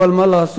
אבל מה לעשות,